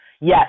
Yes